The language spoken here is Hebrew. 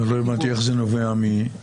לא הבנתי איך זה נובע מנוסח החוק.